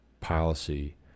policy